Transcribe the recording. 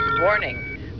Warning